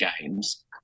games